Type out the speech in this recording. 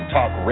Talk